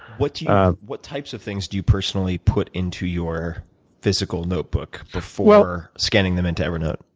what what types of things do you personally put into your physical notebook before scanning them into evernote?